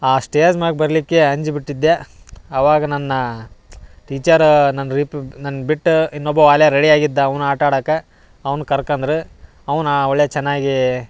ಆ ಸ್ಟೇಜ್ಮ್ಯಾಗ ಬರಲಿಕ್ಕೆ ಅಂಜಿ ಬಿಟ್ಟಿದ್ದೆ ಅವಾಗ ನನ್ನ ಟೀಚರ್ ನನ್ನ ರೀಪ್ ನನ್ನ ಬಿಟ್ಟು ಇನ್ನೊಬ್ಬ ವಾಲೆ ರೆಡಿ ಆಗಿದ್ದ ಅವ್ನ ಆಟಾಡಕ್ಕ ಅವ್ನ ಕರ್ಕಂದ್ರು ಅವ್ನ ಒಳ್ಳೆಯ ಚೆನ್ನಾಗಿ